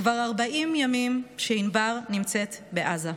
כבר 40 ימים שענבר נמצאת בעזה.